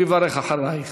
הוא יברך אחרייך.